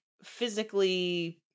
physically